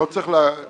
לא צריך להגזים.